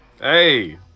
Hey